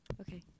Okay